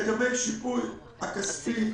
לגבי השיפוי הכספי,